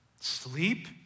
Sleep